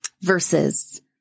versus